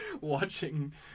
Watching